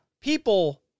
people